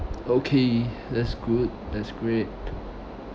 okay that's good that's great